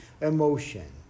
emotion